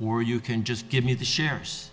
or you can just give me the shares